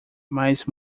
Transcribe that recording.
mas